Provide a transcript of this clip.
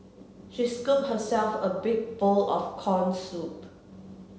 she scooped herself a big bowl of corn soup